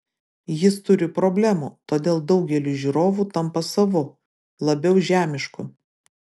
jis turi problemų todėl daugeliui žiūrovų tampa savu labiau žemišku